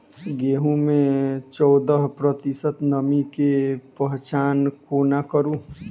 गेंहूँ मे चौदह प्रतिशत नमी केँ पहचान कोना करू?